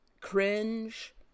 cringe-